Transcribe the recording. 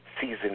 Season